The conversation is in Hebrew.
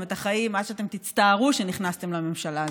את החיים עד שאתם תצטערו שנכנסתם לממשלה הזאת.